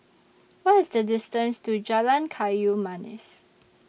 What IS The distance to Jalan Kayu Manis